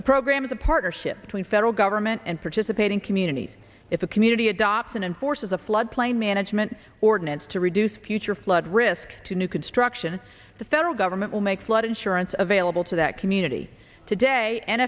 the program is a partnership between federal government and participating communities if a community adoption and forces a floodplain management ordinance to reduce future flood risks to new construction the federal government will make flood insurance available to that community today